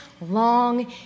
long